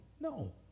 No